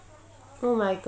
oh my god